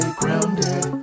grounded